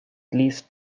least